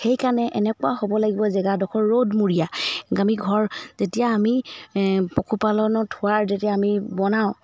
সেইকাৰণে এনেকুৱা হ'ব লাগিব জেগাডখৰ ৰ'দমূৰীয়া আমি ঘৰ যেতিয়া আমি পশুপালনত থোৱাৰ যেতিয়া আমি বনাওঁ